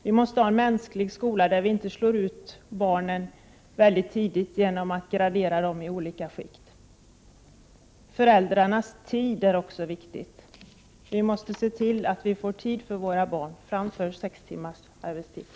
Vi måste ha en mänsklig 81 skola där barnen inte slås ut väldigt tidigt genom att de graderas i olika skikt. Föräldrarnas tid är också viktig. Vi måste se till att föräldrarna får tid för sina barn. Fram för sex timmars arbetsdag!